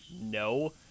no